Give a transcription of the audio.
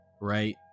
right